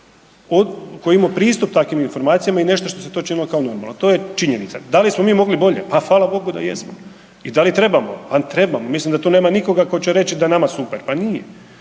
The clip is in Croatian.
tko je imao pristup takvim informacijama i nešto što se to činilo kao normalno, to je činjenica. Da li smo mi mogli bolje? Pa hvala Bogu da jesmo. I da li trebamo? Trebamo, mislim da tu nema nikoga ko će reći da je nama super. Pa nije.